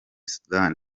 sudani